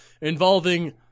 involving